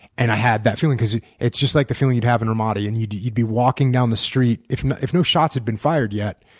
and i had that feeling, it's just like the feeling you'd have in ramadi. and you'd you'd be walking down the street. if if no shots had been fired yet,